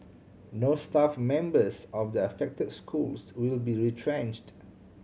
no staff members of the affected schools will be retrenched